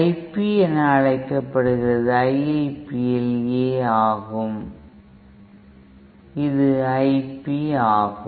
I ip என்று அழைக்கப்படுகிறது இது II p இல் A ஆகும் இது I p ஆகும்